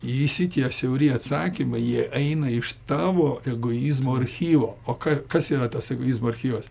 visi tie siauri atsakymai jie eina iš tavo egoizmo archyvo o kas yra tas egoizmo archyvas